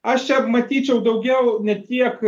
aš čia matyčiau daugiau ne tiek